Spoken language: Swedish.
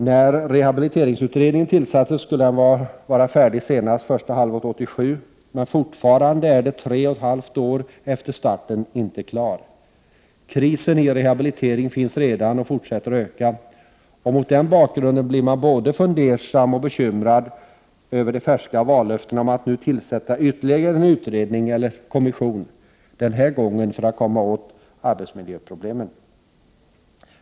När rehabiliteringsutredningen tillsattes skulle den vara färdig senast första halvåret 1987, men den är, tre och ett halvt år efter starten, ännu inte klar. Krisen i rehabiliteringen finns redan och fortsätter att öka. Mot den bakgrunden blir man både fundersam och bekymrad över de färska vallöftena om att en ytterligare utredning eller kommission nu skall tillsättas — denna gång för att komma åt arbetsmiljöproblemen.